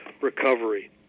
recovery